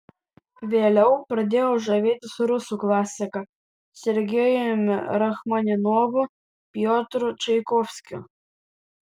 vėliau pradėjau žavėtis rusų klasika sergejumi rachmaninovu piotru čaikovskiu